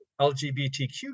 LGBTQ